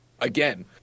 again